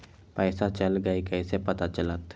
पैसा चल गयी कैसे पता चलत?